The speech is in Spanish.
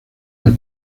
del